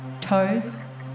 toads